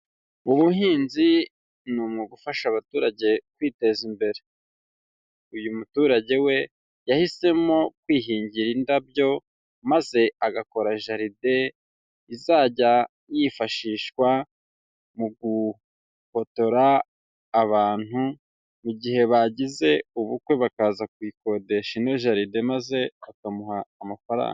Ubuhinzi ni umwuga ufasha abaturage kwiteza imbere, uyu muturage we yahisemo kwihingira indabyo maze agakora jaride izajya yifashishwa mu gubotora abantu mu gihe bagize ubukwe, bakaza kuyikodesha ino jaride maze bakamuha amafaranga.